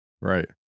Right